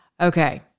Okay